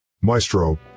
Maestro